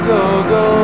Go-Go